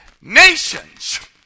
nations